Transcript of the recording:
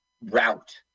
route